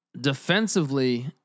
defensively